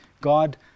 God